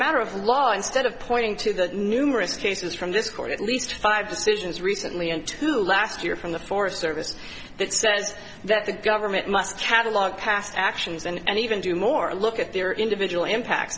matter of law instead of pointing to the numerous cases from this court at least five decisions recently into last year from the forest service that says the the government must catalogue past actions and even do more look at their individual impact